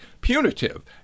punitive